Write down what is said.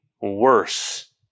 worse